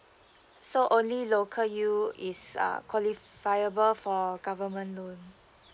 so only local U is uh qualifiable for government loan